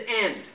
end